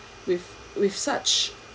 with with such